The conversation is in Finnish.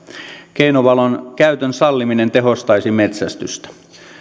keinovalon käytön salliminen tehostaisi metsästystä